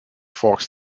fox